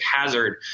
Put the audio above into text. hazard